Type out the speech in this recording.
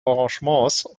arrangements